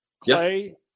Clay